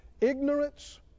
ignorance